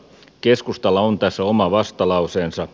keskustalla on tässä oma vastalauseensa